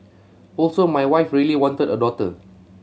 also my wife really wanted a daughter